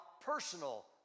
personal